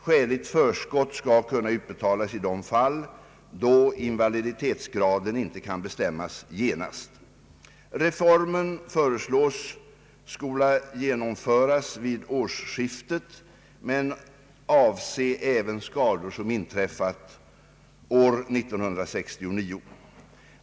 Skäligt förskott skall kunna utbetalas i de fall då invaliditetsgraden inte kan bestämmas genast. Reformen föreslås skola genomföras vid årsskiftet men avse även skador som inträffat år 1969.